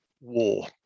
war